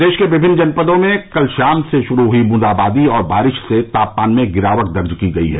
प्रदेश के विभिन्न जनपदों में कल शाम से शुरू हुई बूंदाबांदी और बारिश से तापमान में गिरावट दर्ज की गयी है